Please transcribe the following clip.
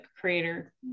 creator